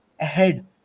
ahead